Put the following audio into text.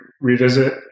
revisit